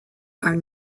are